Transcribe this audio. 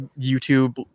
YouTube